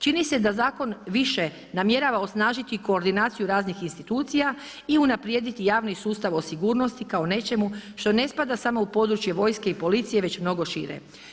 Čini se da zakon više namjerava osnažiti koordinaciju raznih institucija i unaprijediti javni sustav o sigurnosti kao nečemu što ne spada samo u područje vojske i policije već mnogo šire.